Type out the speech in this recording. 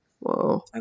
Whoa